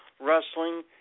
Wrestling